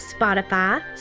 spotify